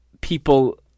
people